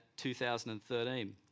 2013